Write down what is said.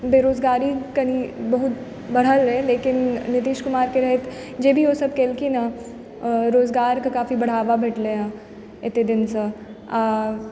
बेरोजगारी कनि बहुत बढ़ल रहि लेकिन नीतीश कुमारके रहैत जे भी ओसभ केलखिन हँ रोजगारके काफी बढ़ावा भेटलय हँ एतय दिनसँ आ